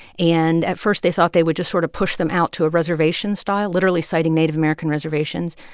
and at first, they thought they would just sort of push them out to a reservation style, literally citing native american reservations,